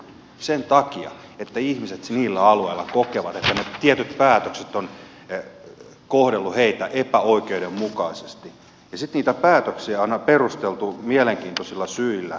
sen takia että ihmiset niillä alueilla kokevat että tietyt päätökset ovat kohdelleet heitä epäoikeudenmukaisesti ja sitten niitä päätöksiä on aina perusteltu mielenkiintoisilla syillä